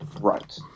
Right